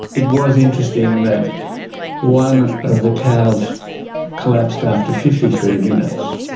it was interesting that one of the towers collapsed after fifty three minutes,